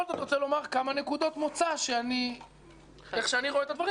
כמה נקודות מוצא כפי שאני רואה את הדברים